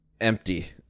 empty